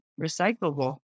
recyclable